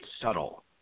subtle